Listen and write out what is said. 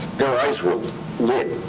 their eyes were lit.